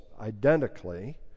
identically